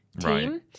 team